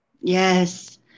Yes